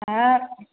हाब